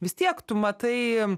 vis tiek tu matai